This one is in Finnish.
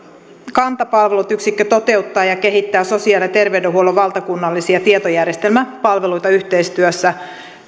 kanta palvelut yksikkö toteuttaa ja kehittää sosiaali ja terveydenhuollon valtakunnallisia tietojärjestelmäpalveluita yhteistyössä